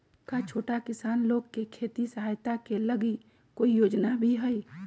का छोटा किसान लोग के खेती सहायता के लगी कोई योजना भी हई?